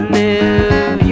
live